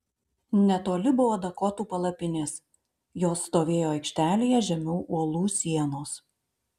netoli buvo dakotų palapinės jos stovėjo aikštelėje žemiau uolų sienos